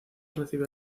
recibe